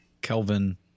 Kelvin